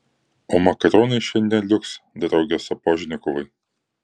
o makaronai šiandien liuks drauge sapožnikovai